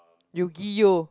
yugioh